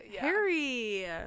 Harry